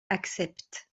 accepte